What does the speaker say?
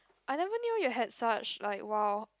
I never knew you had such like !wow!